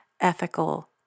ethical